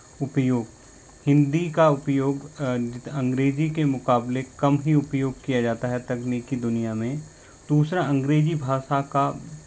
उपयोग हिन्दी का उपयोग अंग्रेजी के मुकाबले कम ही उपयोग किया जाता है तकनीकी दुनिया में दूसरा अंग्रेजी भाषा का